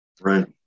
Right